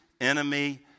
enemy